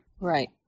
Right